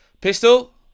Pistol